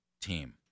team